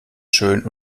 schön